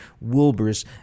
Wilbur's